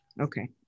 Okay